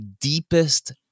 deepest